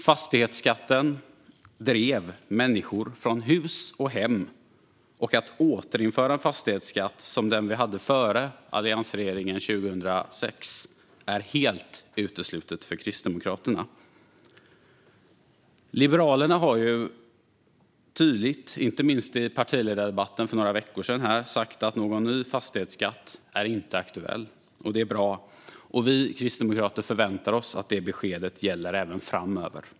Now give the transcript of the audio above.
Fastighetskatten drev människor från hus och hem, och att återinföra den fastighetsskatt som vi hade före alliansregeringen 2006 är helt uteslutet för Kristdemokraterna. Liberalerna har tydligt sagt, inte minst i partiledardebatten för några veckor sedan, att någon ny fastighetsskatt inte är aktuell. Det är bra, och vi kristdemokrater förväntar oss att det beskedet gäller även framöver.